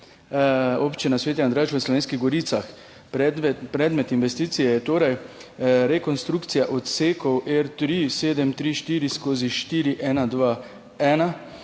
občina Sveti Andraž v Slovenskih Goricah. Predmet investicije je torej rekonstrukcija odsekov R3734/4121,